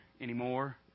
anymore